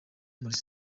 muri